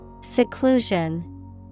Seclusion